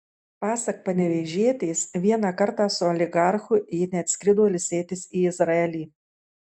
pasak panevėžietės vieną kartą su oligarchu ji net skrido ilsėtis į izraelį